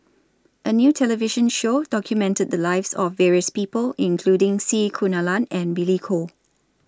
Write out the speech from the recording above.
A New television Show documented The Lives of various People including C Kunalan and Billy Koh